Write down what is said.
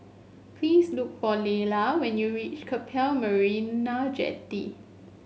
please look for Layla when you reach Keppel Marina Jetty